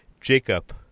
Jacob